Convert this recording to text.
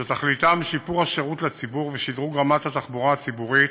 שתכליתם שיפור השירות לציבור ושדרוג רמת התחבורה הציבורית,